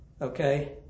Okay